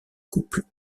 couple